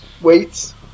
weights